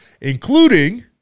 including